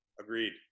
agreed